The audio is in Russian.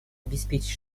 обеспечить